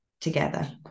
together